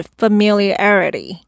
familiarity